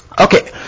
Okay